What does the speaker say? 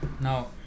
now